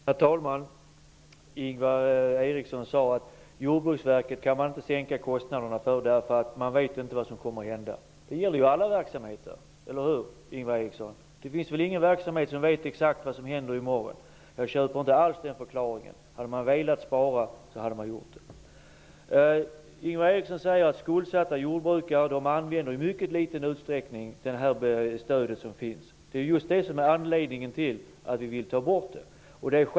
Herr talman! Ingvar Eriksson sade att man inte kan sänka kostnaderna för Jordbruksverket, eftersom man inte vet vad som kommer att hända. Det gäller ju alla verksamheter, eller hur, Ingvar Eriksson? Det finns ingen verksamhet som vet exakt vad som händer i morgon. Jag köper inte alls den förklaringen. Om man hade velat spara hade man gjort det. Ingvar Eriksson säger att skuldsatta jordbrukare i mycket liten utsträckning använder det stöd som finns. Det är just det som är anledningen till att vi vill ta bort stödet.